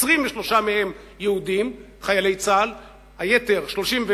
23 מהם יהודים, חיילי צה"ל, היתר, 33,